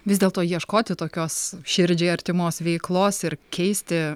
vis dėlto ieškoti tokios širdžiai artimos veiklos ir keisti